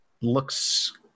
looks